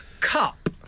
cup